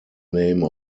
name